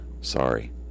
Sorry